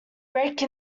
rake